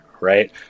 right